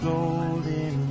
Golden